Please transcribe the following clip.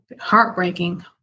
heartbreaking